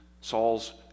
Saul's